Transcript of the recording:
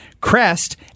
crest